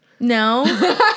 No